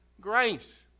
grace